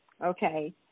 okay